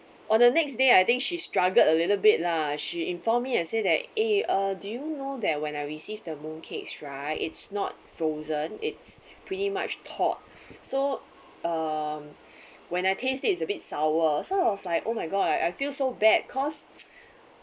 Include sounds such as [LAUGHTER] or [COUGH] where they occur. on the next day I think she struggled a little bit lah she informed me and say that eh uh do you know that when I received the mooncakes right it's not frozen it's pretty much thwart so um when I taste it is a bit sour so I was like oh my god I feel so bad because [NOISE]